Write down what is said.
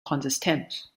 konsistenz